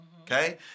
Okay